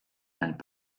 and